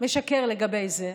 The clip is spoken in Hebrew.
משקר לגבי זה,